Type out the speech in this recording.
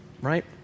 right